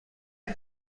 مدت